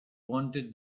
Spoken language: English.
wanted